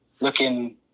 looking